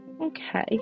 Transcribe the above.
Okay